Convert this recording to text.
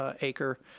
acre